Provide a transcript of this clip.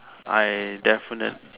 I definite